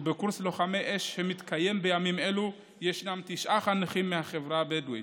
ובקורס לוחמי אש שמתקיים בימים אלו יש תשעה חניכים מהחברה הבדואית.